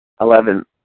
Eleven